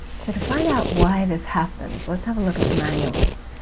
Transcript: so to find out why this happens let's have a look at the manuals.